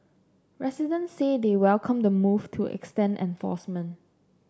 residents say they welcome the move to extend enforcement